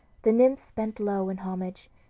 the nymphs bent low in homage,